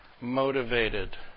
motivated